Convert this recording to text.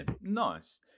nice